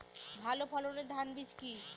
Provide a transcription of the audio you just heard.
ভালো ফলনের ধান বীজ কি?